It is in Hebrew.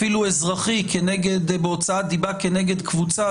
אפילו בהוצאת דיבה כנגד קבוצה,